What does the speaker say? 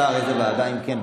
השר, איזו ועדה, אם כן?